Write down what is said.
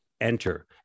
enter